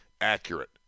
accurate